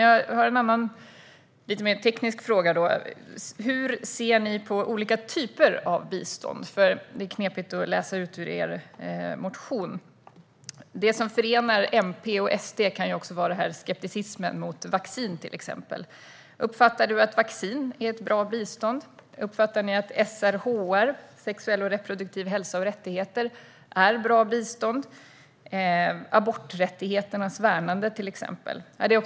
Jag har en annan, lite mer teknisk fråga. Hur ser ni på olika typer av bistånd? Det är knepigt att läsa ut det ur er motion. Det som förenar MP och SD kan också vara skepticismen mot till exempel vaccin. Uppfattar du att vaccin är en bra typ av bistånd? Uppfattar ni att SRHR, sexuell och reproduktiv hälsa och rättigheter, aborträttigheternas värnande till exempel, är en bra typ av bistånd?